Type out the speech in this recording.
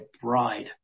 bride